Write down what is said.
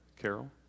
Carol